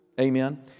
Amen